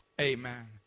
amen